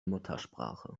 muttersprache